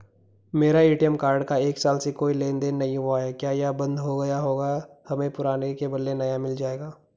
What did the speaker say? मेरा ATM card का एक साल से कोई लेन देन नहीं हुआ है क्या यह बन्द हो गया होगा हमें पुराने के बदलें नया मिल जाएगा?